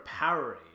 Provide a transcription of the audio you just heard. Powerade